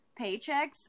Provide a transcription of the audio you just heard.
paychecks